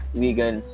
vegan